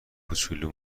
کوچول